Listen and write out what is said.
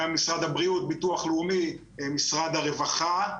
גם משרד הבריאות, ביטוח לאומי, משרד הרווחה.